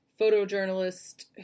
photojournalist